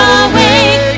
awake